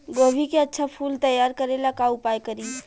गोभी के अच्छा फूल तैयार करे ला का उपाय करी?